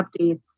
updates